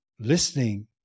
listening